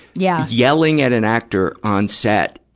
yeah yelling at an actor on set,